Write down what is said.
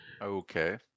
Okay